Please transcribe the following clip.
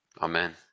Amen